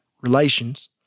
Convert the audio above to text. relations